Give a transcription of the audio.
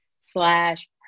slash